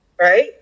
right